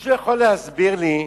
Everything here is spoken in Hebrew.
מישהו יכול להסביר לי,